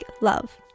love